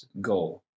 goal